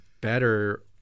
better